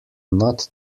not